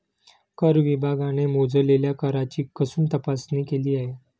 कर विभागाने मोजलेल्या कराची कसून तपासणी केली आहे